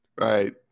Right